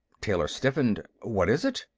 taylor stiffened. what is it?